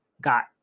got